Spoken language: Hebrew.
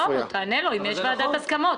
אבל תענה לו אם יש ועדת הסכמות.